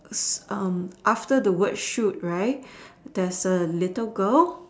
s~ um after the white shoot right there's a little girl